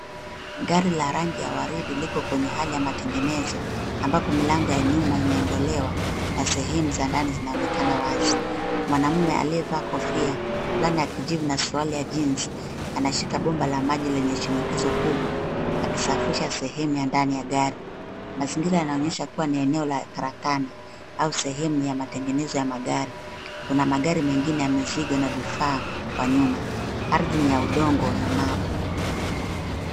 Gari la rangi ya waridi liko katika hali ya matengenezo, ambapo milango ya nyuma imeondolewa na sehemu za ndani zinaonekana wazi. Mwanamume aliyevaa kofia, fulana ya kijivu na suruali ya jeans , anashika bomba la maji lenye shinikizo kubwa, akisafisha sehemu ya ndani ya gari. Mazingira yanaonyesha kuwa ni eneo la karakana au sehemu ya matengenezo ya magari. Kuna magari mengine ya mizigo na vifaa kwa nyuma. Ardhi ni ya udongo na mawe.